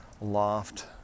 loft